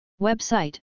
Website